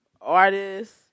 Artists